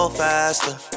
faster